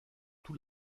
tout